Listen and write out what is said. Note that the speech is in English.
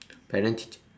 parent teacher